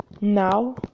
Now